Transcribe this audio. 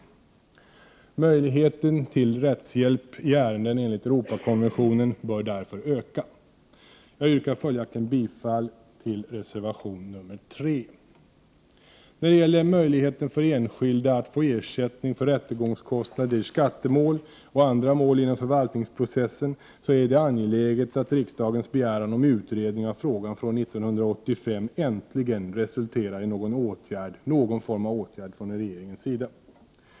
Det bör därför finnas större möjligheter till rättshjälp i ärenden enligt Europakonventionen. Jag yrkar följaktligen bifall till reservation nr 3. När det gäller möjligheten för enskilda att få ersättning för rättegångskostnader i skattemål och andra mål inom förvaltningsprocessen är det angeläget att riksdagens begäran om en utredning av frågan från 1985 äntligen resulterar i någon form av åtgärd från regeringens sida.